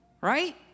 right